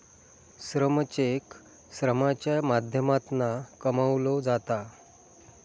श्रम चेक श्रमाच्या माध्यमातना कमवलो जाता